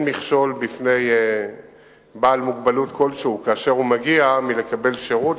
מכשול בפני בעל מוגבלות כלשהו כאשר הוא מגיע לקבל שירות,